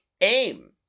AIM